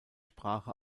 sprache